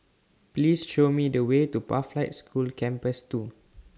Please Show Me The Way to Pathlight School Campus two